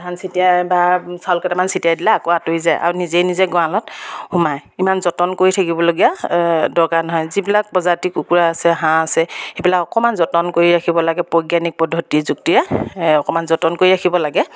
ধান ছটিয়াই বা চাউলকেইটামান ছটিয়াই দিলে আকৌ আঁতৰি যায় আৰু নিজে নিজে গঁৰালত সোমাই ইমান যতন কৰি থাকিবলগীয়া দৰকাৰ নহয় যিবিলাক প্ৰজাতি কুকুৰা আছে হাঁহ আছে সেইবিলাক অকণমান যতন কৰি ৰাখিব লাগে বৈজ্ঞানিক পদ্ধতি প্ৰযুক্তিৰে অকণমান যতন কৰি ৰাখিব লাগে